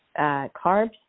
carbs